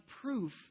proof